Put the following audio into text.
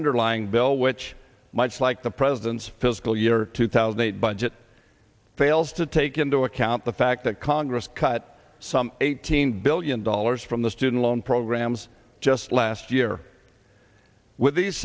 underlying bill which much like the president's fiscal year two thousand and eight budget fails to take into account the fact that congress cut some eighteen billion dollars from the student loan programs just last year with these